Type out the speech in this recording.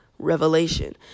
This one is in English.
Revelation